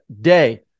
day